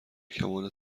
کمال